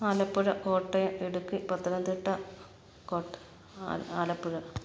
ആലപ്പുഴ കോട്ടയം ഇടുക്കി പത്തനംതിട്ട കൊ ആലപ്പുഴ